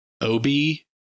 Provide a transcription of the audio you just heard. Obi